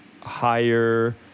higher